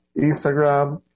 Instagram